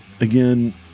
Again